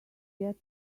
get